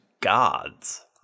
gods